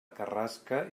carrasca